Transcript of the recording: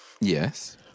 Yes